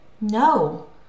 No